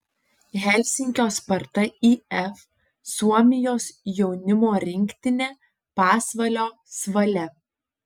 helsinkio sparta if suomijos jaunimo rinktinė pasvalio svalia